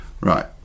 right